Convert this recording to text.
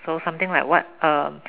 so something like what um